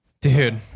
Dude